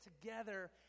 together